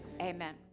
amen